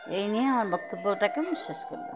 এই নিয়ে আমার বক্তব্যটাকে আমি শেষ করলাম